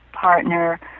partner